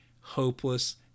hopeless